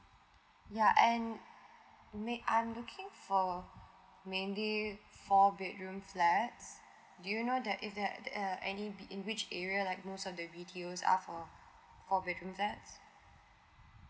ya and main I'm looking for mainly four bedroom flat do you know that is that uh any B in which area like most of the B_T_O are for four bedrooms flat